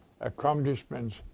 accomplishments